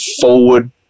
forward